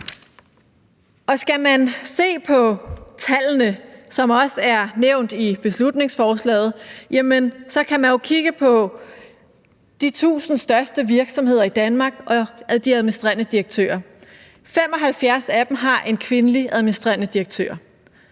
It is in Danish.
Og skal man se på tallene, som også er nævnt i beslutningsforslaget, kan man jo kigge på de 1.000 største virksomheder i Danmark og de administrerende direktører. 75 af dem har en kvindelig administrerende direktør